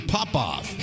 Popoff